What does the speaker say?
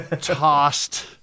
tossed